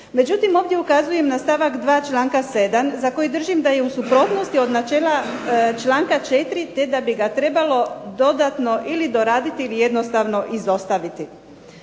Međutim, ovdje ukazujem na stavak 2. članka 7. za koji držim da je u suprotnosti od načela članka 4. te da bi ga trebalo dodatno ili doraditi ili jednostavno izostaviti.